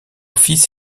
fils